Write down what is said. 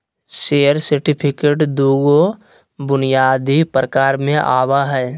share certificate दू गो बुनियादी प्रकार में आवय हइ